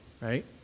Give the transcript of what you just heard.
right